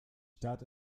stadt